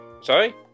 Sorry